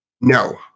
No